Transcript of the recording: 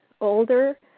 older